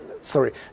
sorry